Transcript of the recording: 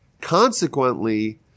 consequently